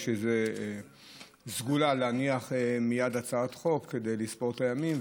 יש איזו סגולה להניח מייד הצעת חוק כדי לספור את הימים,